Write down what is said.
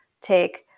take